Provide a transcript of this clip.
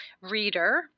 reader